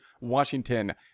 washington